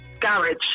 garage